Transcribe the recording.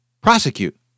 prosecute